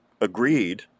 agreed